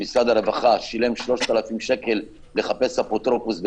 שמשרד הרווחה שילם 3,000 שקל לחפש אפוטרופוס,